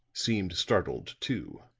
seemed startled, too.